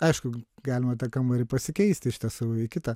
aišku galima tą kambarį pasikeisti iš tiesų į kitą